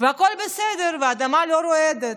והכול בסדר, והאדמה לא רועדת.